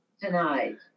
Tonight